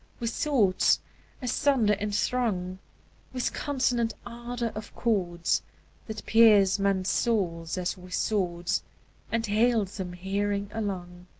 with thoughts as thunder in throng with consonant ardor of chords that pierce men's souls as with swords and hale them hearing along.